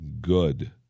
Good